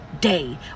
day